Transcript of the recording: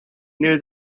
knew